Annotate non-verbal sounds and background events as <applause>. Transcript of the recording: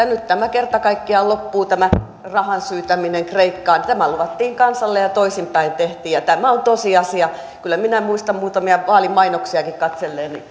<unintelligible> nyt kerta kaikkiaan loppuu tämä rahan syytäminen kreikkaan tämä luvattiin kansalle ja toisinpäin tehtiin ja tämä on tosiasia kyllä minä muistan muutamia vaalimainoksiakin katselleeni <unintelligible>